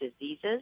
diseases